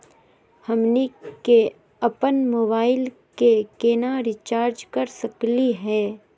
हमनी के अपन मोबाइल के केना रिचार्ज कर सकली हे?